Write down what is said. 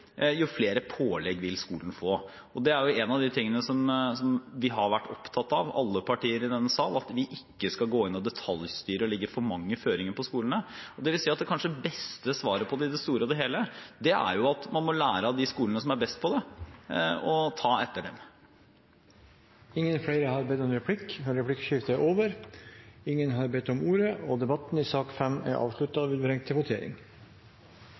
jo flere pålegg vil skolen få. En av de tingene som alle partier i denne sal har vært opptatt av, er at vi ikke skal gå inn og detaljstyre og legge for mange føringer for skolene, dvs. at kanskje det beste svaret på det i det store og hele er at man må lære av de skolene som er best på det, og ta etter dem. Replikkordskiftet er omme. Flere har ikke bedt om ordet til sak nr. 5. Da er Stortinget klar til å gå til votering. Under debatten er det satt fram fire forslag. Det er forslagene nr. 1 og